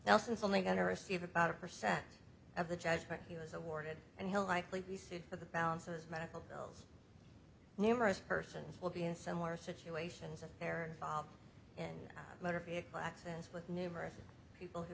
nelson is only going to receive about a percent of the judgment he was awarded and he'll likely be sued for the balance of his medical bills numerous persons will be in similar situations and their fall in motor vehicle accidents with numerous people who